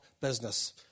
business